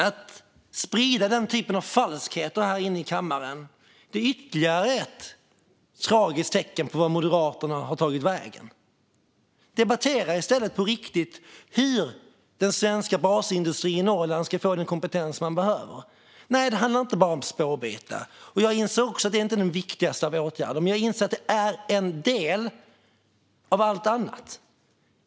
Att sprida den typen av falskheter här inne i kammaren är ytterligare ett tragiskt tecken på vart Moderaterna har tagit vägen. Debattera i stället på allvar hur den svenska basindustrin i Norrland ska få den kompetens de behöver! Nej, det handlar inte bara om spårbyten, och jag inser också att det inte är den viktigaste av åtgärder, men jag inser att det är en del av allt annat.